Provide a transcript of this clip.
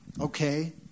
okay